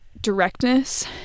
directness